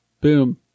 Boom